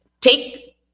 take